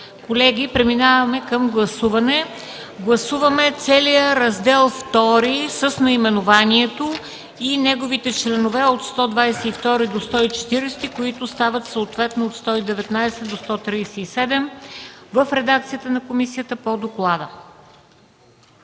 Колеги, преминаваме към гласуване. Гласуваме целия Раздел II с наименованието и неговите членове от 122 до 140, които стават съответно от 119 до 137, в редакцията на комисията по доклада.